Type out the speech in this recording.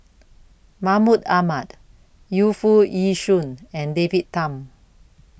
Mahmud Ahmad Yu Foo Yee Shoon and David Tham